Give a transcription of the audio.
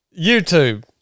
YouTube